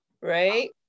right